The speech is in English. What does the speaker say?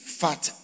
fat